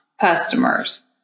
customers